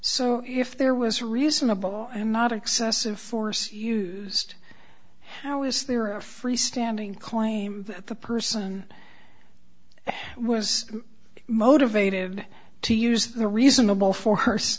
so if there was reasonable and not excessive force used how is there are freestanding claim that the person was motivated to use the reasonable for